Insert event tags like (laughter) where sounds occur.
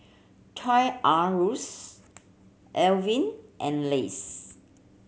Toy R Ruse (unintelligible) and Lays